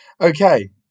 Okay